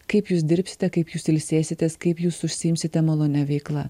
kaip jūs dirbsite kaip jūs ilsėsitės kaip jūs užsiimsite malonia veikla